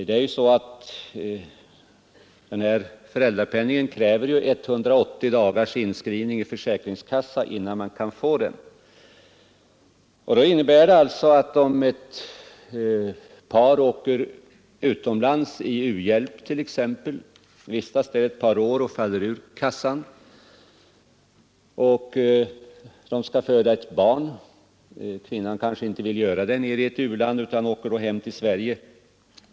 För att föräldrapenning skall utgå krävs att vederbörande varit inskriven 180 dagar i försäkringskassa. Om ett par reser utomlands, t.ex. för u-hjälpsarbete, och vistas där några år, upphör inskrivningen i försäkringskassan. Om kvinnan blir gravid vill hon kanske inte föda barnet i ett u-land utan far hem till Sverige.